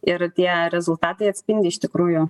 ir tie rezultatai atspindi iš tikrųjų